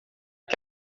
que